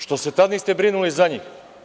Što se tada niste brinuli za njih.